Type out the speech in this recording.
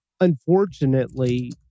unfortunately